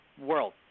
world